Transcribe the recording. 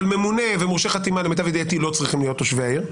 אבל ממונה ומורשה חתימה למיטב ידיעתי לא צריכים להיות תושבי העיר.